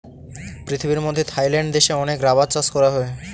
পৃথিবীর মধ্যে থাইল্যান্ড দেশে অনেক রাবার চাষ করা হয়